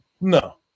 no